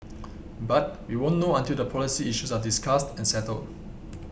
but we won't know until the policy issues are discussed and settled